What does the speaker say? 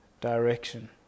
direction